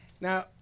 Now